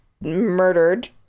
murdered